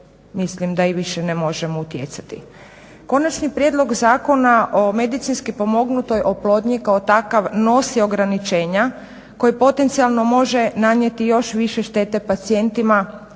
mislim da i više ne možemo utjecati. Konačni prijedlog zakona o medicinski pomognutoj oplodnji kao takav nosi ograničenja koji potencijalno može nanijeti još više štete pacijentima